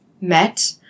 met